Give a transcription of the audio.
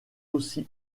aussi